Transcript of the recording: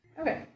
Okay